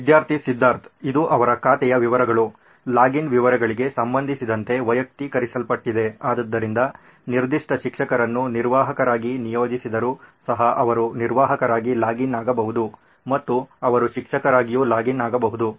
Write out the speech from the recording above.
ವಿದ್ಯಾರ್ಥಿ ಸಿದ್ಧಾರ್ಥ್ ಇದು ಅವರ ಖಾತೆಯ ವಿವರಗಳು ಲಾಗಿನ್ ವಿವರಗಳಿಗೆ ಸಂಬಂಧಿಸಿದಂತೆ ವೈಯಕ್ತೀಕರಿಸಲ್ಪಟ್ಟಿದೆ ಆದ್ದರಿಂದ ನಿರ್ದಿಷ್ಟ ಶಿಕ್ಷಕರನ್ನು ನಿರ್ವಾಹಕರಾಗಿ ನಿಯೋಜಿಸಿದರೂ ಸಹ ಅವರು ನಿರ್ವಾಹಕರಾಗಿ ಲಾಗಿನ್ ಆಗಬಹುದು ಮತ್ತು ಅವರು ಶಿಕ್ಷಕರಾಗಿಯೂ ಲಾಗಿನ್ ಆಗಬಹುದು